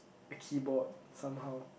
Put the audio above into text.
a keyboard somehow